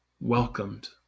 welcomed